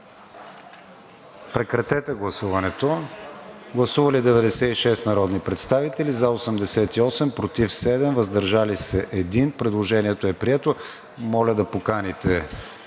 изчакаме още малко. Гласували 96 народни представители: за 88, против 7, въздържал се 1. Предложението е прието. Моля да поканите